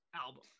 album